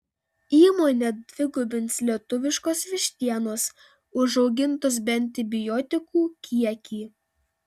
įmonė dvigubins lietuviškos vištienos užaugintos be antibiotikų kiekį